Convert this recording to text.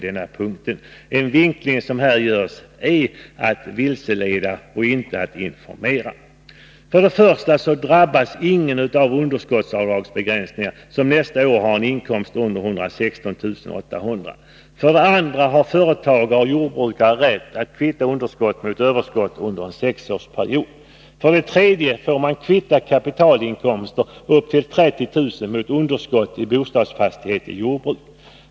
Den vinkling som här görs är ägnad att vilseleda, inte att informera. För det första drabbas ingen av underskottsavdragsbegränsningar som nästa år har inkomst under 116 800 kr. För det andra har företagare och jordbrukare rätt att kvitta underskott mot överskott under en sexårsperiod. För det tredje får man kvitta kapitalinkomster upp till 30 000 kr. mot underskott i bostadsfastighet i jordbruk.